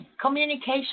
Communication